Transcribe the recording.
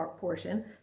portion